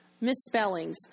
misspellings